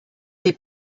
die